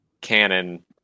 canon